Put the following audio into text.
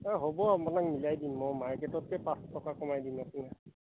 এই হ'ব আপোনাক মিলাই দিম মই মাৰ্কেটতকে পাঁচ টকা কমাই দিম আপোনাক